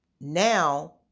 now